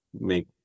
make